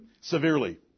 severely